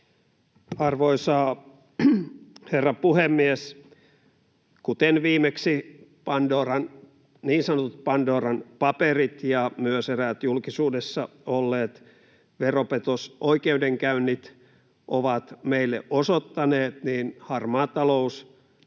Arvoisa herra puhemies! Kuten viimeksi niin sanotut Pandoran paperit ja myös eräät julkisuudessa olleet veropetosoikeudenkäynnit ovat meille osoittaneet, niin harmaa talous,